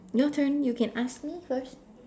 your turn you can ask me first